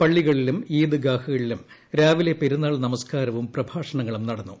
പള്ളികളിലും ഇൌദീഗ്രാഹുകളിലും രാവിലെ പെരുന്നാൾ നമസ്കാരവും പ്രഭാഷണങ്ങളും നടന്നു